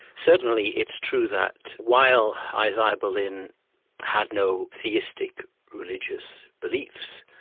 certainly it's true that while isaiah berlin had no theistic religious beliefs,